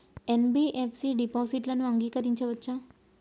NBFC డిపాజిట్లను అంగీకరించవచ్చా?